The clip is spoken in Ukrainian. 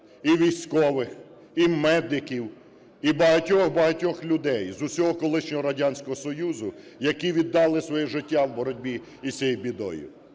і військових, і медиків, і багатьох-багатьох людей з усього колишнього Радянського Союзу, які віддали своє життя у боротьбі із цією бідою.